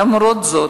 למרות זאת